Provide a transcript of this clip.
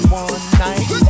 one-night